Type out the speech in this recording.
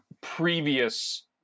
previous